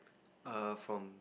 err from